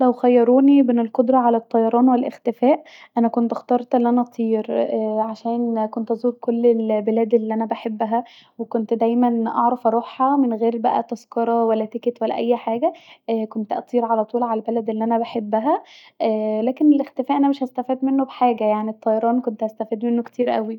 لو خيروني بين القدره علي الطيران والاختفاء انا كنت اخترت أن انا اطير عشان كنت ازور كل البلاد الي انا بحبها وكنت دايما اعرف اروحها من غير بقي تذكره ولا تيكت ولا اي حاجه كنت اطير علي طول علي البلد الي انا بحبها اااا لاكن الاختفاء انا مش هستفاد منه بحاجة يعني الطيران كنت هستفاد منه كتير اوي